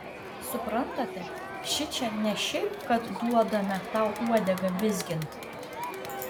suprantate šičia ne šiaip kad duodame tau uodegą vizgint